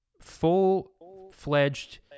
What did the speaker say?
full-fledged